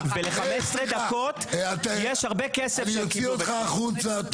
ול-15 דקות --- אני אוציא אותך החוצה,